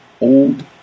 old